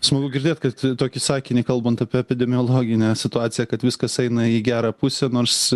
smagu girdėt kad tokį sakinį kalbant apie epidemiologinę situaciją kad viskas eina į gerą pusę nors